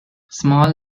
small